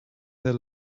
their